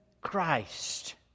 Christ